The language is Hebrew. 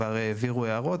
הם כבר העבירו את ההערות,